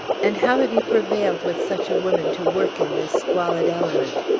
and how have you prevailed with such a woman to work in this squalid element?